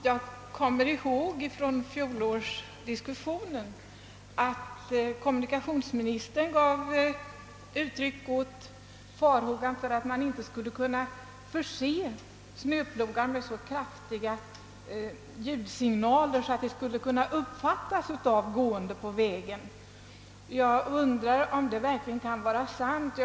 Herr talman! Jag erinrar mig att kommunikationsministern under fjolårets diskussion gav uttryck åt farhågan att man inte skulle kunna förse snöplogar med så kraftiga ljudsignaler, att dessa skulle kunna uppfattas av gående på vägen. Jag undrar om detta verkligen kan vara riktigt.